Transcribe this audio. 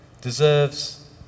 deserves